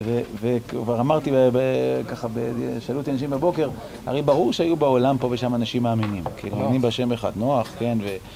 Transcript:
וכבר אמרתי ככה שאלו אותי אנשים בבוקר, הרי ברור שהיו בעולם פה ושם אנשים מאמינים. אמינים בשם אחד, נוח, כן, ו...